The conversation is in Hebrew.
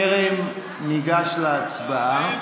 טרם ניגש להצבעה,